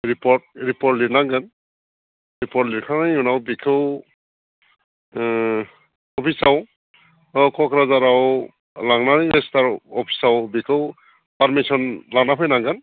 report report लिरनांगोन report लिरखांनायनि उनाव बिखौ अफिसाव अ क'क्राझाराव लांनानै मानिसिपाल अफिसाव बेखौ पारमिसन लाना फैनांगोन